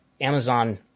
Amazon